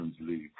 league